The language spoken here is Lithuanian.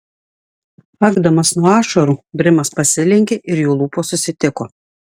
akdamas nuo ašarų brimas pasilenkė ir jų lūpos susitiko